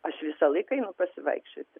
aš visą laiką einu pasivaikščioti